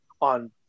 on